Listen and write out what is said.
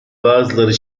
bazıları